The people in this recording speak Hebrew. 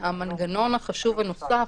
המנגנון החשוב הנוסף,